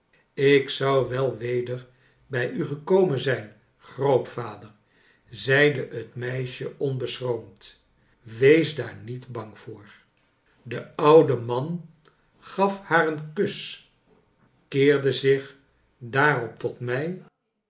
ik zou wel weder bij u gekomen zijn grootvader zeide het meisje onbeschroomd wees daar niet bang voor de oude man gaf haar een kus keerde zich daarop tot mij